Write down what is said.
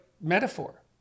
metaphor